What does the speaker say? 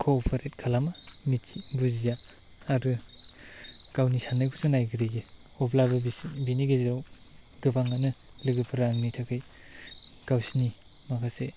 cooperate खालामा मिथि बुजिया आरो गावनि सान्नायखौसो नायग्रोयो अब्लाबो बिनि गेजेराव गोबङानो लोगोफ्रा आंनि थाखाय गावसिनि माखासे